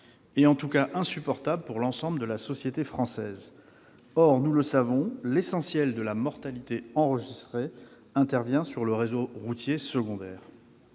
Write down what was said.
trop élevé, insupportable pour l'ensemble de la société française. Or, nous le savons, l'essentiel de la mortalité enregistrée intervient sur le réseau routier secondaire.